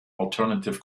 alternative